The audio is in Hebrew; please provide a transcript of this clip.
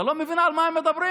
אתה לא מבין על מה הם מדברים.